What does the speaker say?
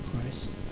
Christ